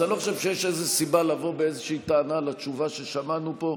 אז אני לא חושב שיש איזה סיבה לבוא באיזושהי טענה על התשובה ששמענו פה.